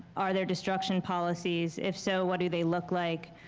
are there destruction policies? if so, what do they look like?